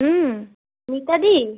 হুম মিতাদি